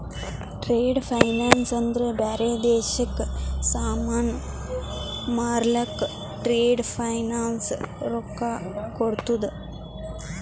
trade finance ಅಂದ್ರ ಬ್ಯಾರೆ ದೇಶಕ್ಕ ಸಾಮಾನ್ ಮಾರ್ಲಕ್ ಟ್ರೇಡ್ ಫೈನಾನ್ಸ್ ರೊಕ್ಕಾ ಕೋಡ್ತುದ್